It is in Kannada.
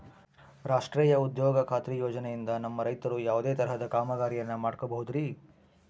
ರಾಷ್ಟ್ರೇಯ ಉದ್ಯೋಗ ಖಾತ್ರಿ ಯೋಜನೆಯಿಂದ ನಮ್ಮ ರೈತರು ಯಾವುದೇ ತರಹದ ಕಾಮಗಾರಿಯನ್ನು ಮಾಡ್ಕೋಬಹುದ್ರಿ?